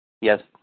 Yes